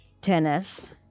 tennis